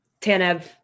Tanev